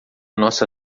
nossa